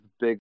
big